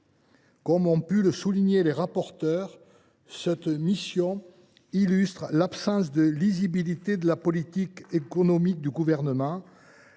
Comme le soulignent les rapporteurs, cette mission illustre l’absence de lisibilité de la politique économique du Gouvernement.